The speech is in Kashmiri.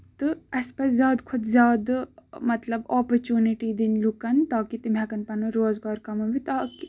تہٕ اَسہِ پَزِ زیادٕ کھۄتہٕ زیادٕ مطلب اوپرچُنٹی دِنۍ لوٗکن تاکہِ تِم ہٮ۪کن پَنُن روزگار کَمٲوِتھ تاکہِ